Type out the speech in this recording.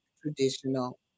traditional